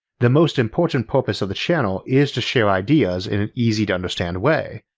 the most important purpose of the channel is to share ideas in an easy to understand way,